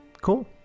Cool